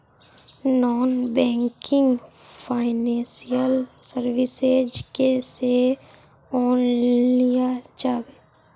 Non banking financial services से loan लिया जाबे?